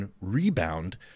rebound